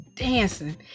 dancing